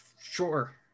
sure